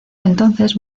entonces